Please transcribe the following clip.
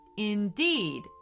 Indeed